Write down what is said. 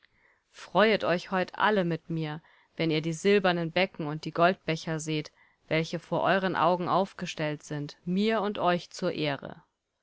freuet euch heut alle mit mir wenn ihr die silbernen becken und die goldbecher seht welche vor euren augen aufgestellt sind mir und euch zur ehre